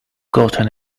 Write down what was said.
gotten